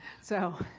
so.